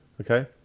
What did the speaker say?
Okay